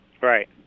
Right